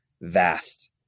vast